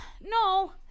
no